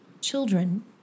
Children